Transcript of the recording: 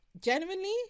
genuinely